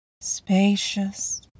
spacious